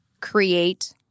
create